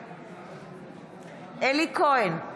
בעד אלי כהן,